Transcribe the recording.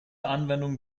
anwendung